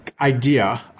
idea